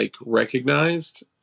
recognized